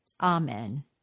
Amen